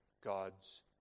God's